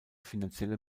finanzielle